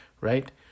Right